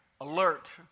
alert